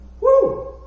Woo